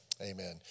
amen